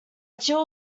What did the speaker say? chill